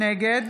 נגד